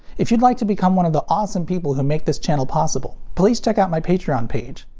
if you'd like to become one of the awesome people who make this channel possible, please check out my patreon page.